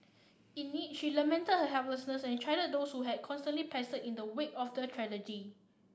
in it she lamented her helplessness and chided those who had constantly pestered her in the wake of the tragedy